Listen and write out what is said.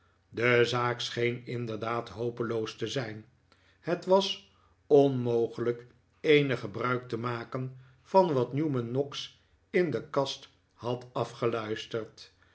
de zaak scheen inderdaad hopeloos te zijn het was onmogelijk eenig gebruik te maken van wat newman noggs in de kast had afgeluisterd